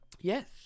Yes